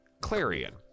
Clarion